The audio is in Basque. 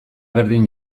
berdin